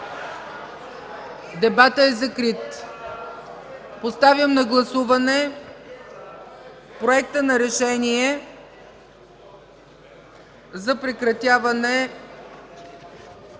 Дебатът е закрит. Поставям на гласуване Проекта на решение за прекратяване